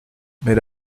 mais